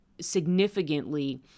significantly